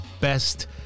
best